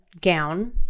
gown